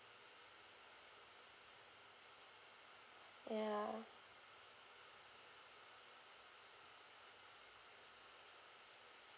ya